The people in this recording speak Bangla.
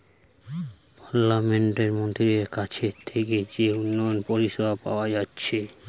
পার্লামেন্টের মন্ত্রীদের কাছ থিকে যে উন্নয়ন পরিষেবা পাওয়া যাচ্ছে